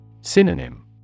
Synonym